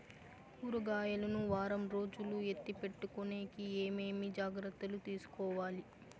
కూరగాయలు ను వారం రోజులు ఎత్తిపెట్టుకునేకి ఏమేమి జాగ్రత్తలు తీసుకొవాలి?